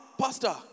Pastor